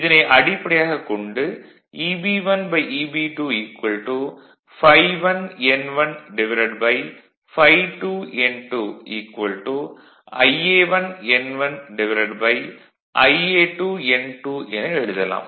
இதனை அடிப்படையாகக் கொண்டு Eb1Eb2 ∅1n1∅2n2 Ia1n1Ia2n2 என எழுதலாம்